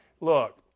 Look